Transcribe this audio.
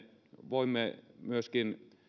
voimme myöskin